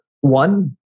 one